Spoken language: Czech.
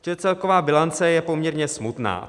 Takže celková bilance je poměrně smutná.